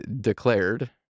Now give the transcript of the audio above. declared